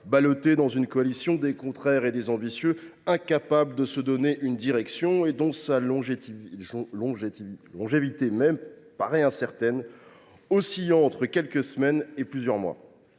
ballotté dans une coalition des contraires et des ambitieux, incapable de se donner une direction – sa longévité même paraît incertaine, oscillant entre quelques semaines et plusieurs mois.